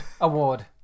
award